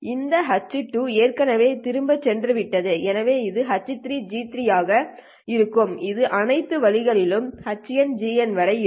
இந்த H2 ஏற்கனவே திரும்பிச் சென்றுவிட்டது எனவே இது H3G3 ஆக இருக்கும் இது அனைத்து வழிகளிலும் HNGN வரை இருக்கும்